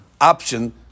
option